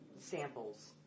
samples